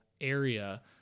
area